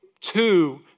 two